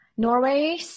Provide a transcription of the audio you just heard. Norway